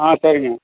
ஆ சரிங்க